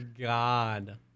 god